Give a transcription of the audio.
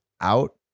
out